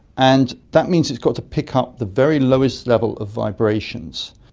and that means it's got to pick up the very lowest level of vibrations.